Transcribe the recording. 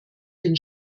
den